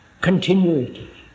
continuity –